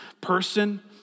person